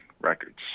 Records